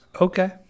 Okay